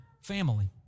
family